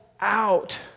out